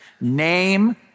name